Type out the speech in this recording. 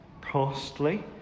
costly